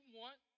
want